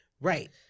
Right